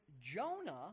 Jonah